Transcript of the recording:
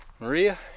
Maria